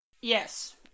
Yes